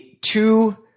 two